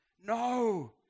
No